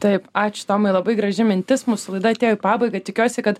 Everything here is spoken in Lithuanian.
taip ačiū tomai labai graži mintis mūsų laida atėjo į pabaigą tikiuosi kad